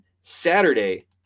Saturday